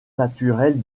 naturelle